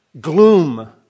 Gloom